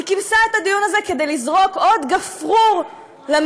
היא כינסה את הדיון הזה כדי לזרוק עוד גפרור למדורה,